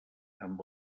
amb